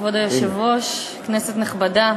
כבוד היושב-ראש, כנסת נכבדה,